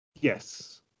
Yes